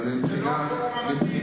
זה לא הפורום המתאים.